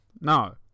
No